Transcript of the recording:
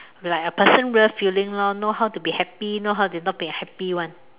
like a person real feeling loh know how to happy know how to not be happy [one]